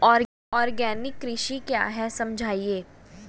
Organic कृषि क्या है समझाइए?